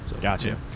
gotcha